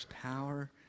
power